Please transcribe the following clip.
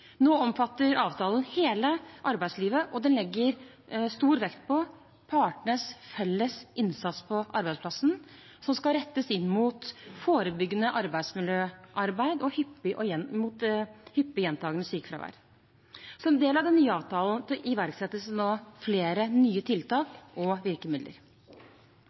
Nå omfatter avtalen hele arbeidslivet, og den legger stor vekt på partenes felles innsats på arbeidsplassen. Innsatsen skal rettes inn mot forebyggende arbeidsmiljøarbeid mot hyppig og gjentakende sykefravær. Som del av den nye avtalen iverksettes det nå flere nye tiltak og virkemidler.